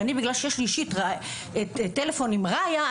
ובגלל שיש לי את הטלפון האישי של רעיה,